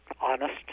honest